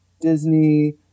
disney